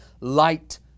light